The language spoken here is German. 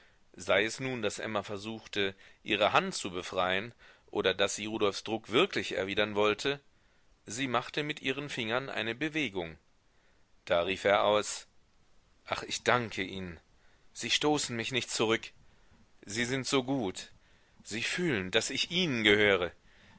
sei es nun daß emma versuchte ihre hand zu befreien oder daß sie rudolfs druck wirklich erwidern wollte sie machte mit ihren fingern eine bewegung da rief er aus ach ich danke ihnen sie stoßen mich nicht zurück sie sind so gut sie fühlen daß ich ihnen gehöre